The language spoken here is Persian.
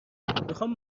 میخوام